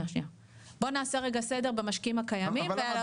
בוא נעשה רגע סדר במשקיעים הקיימים ואז